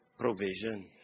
provision